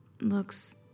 looks